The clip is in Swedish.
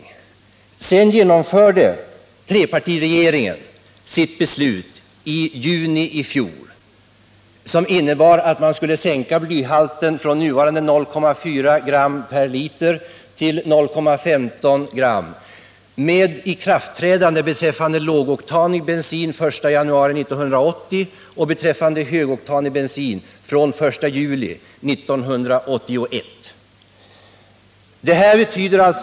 I junii fjol genomförde så trepartiregeringen att man skulle sänka blyhalten från nuvarande 0,4 gram per liter till 0,15 gram med ikraftträdande från 1 januari 1980 beträffande lågoktanig bensin och från den 1 juli 1981 beträffande högoktanig bensin.